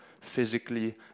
physically